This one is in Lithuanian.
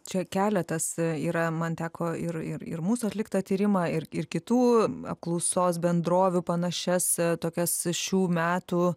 čia keletas yra man teko ir ir ir mūsų atliktą tyrimą ir ir kitų apklausos bendrovių panašias tokias šių metų